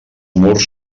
murs